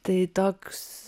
tai toks